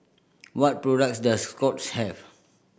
what products does Scott's have